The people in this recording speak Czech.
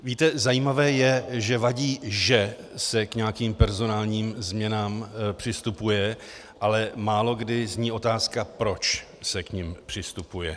Víte, zajímavé je, že vadí, že se k nějakým personálním změnám přistupuje, ale málokdy zní otázka, proč se k nim přistupuje.